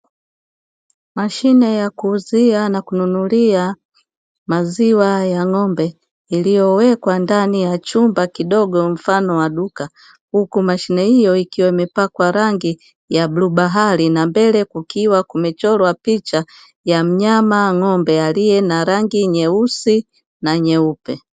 Mashine ya kuuzia na kununulia maziwa ya ng'ombe, iliyowekwa ndani ya chumba kidogo mfano wa duka, huku mashine hiyo ikiwa imepakwa rangi ya bluu bahari, na mbele ikiwa imechorwa picha ya mnyama ng'ombe, aliye na rangi nyeusi na nyeupe.